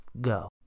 go